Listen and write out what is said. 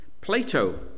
Plato